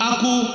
Aku